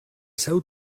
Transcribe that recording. seu